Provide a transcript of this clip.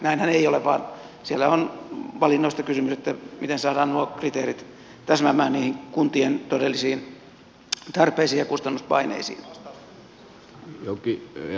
näinhän ei ole vaan siellä on valinnoista kysymys miten saadaan nuo kriteerit täsmäämään niihin kuntien todellisiin tarpeisiin ja kustannuspaineisiin